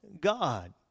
God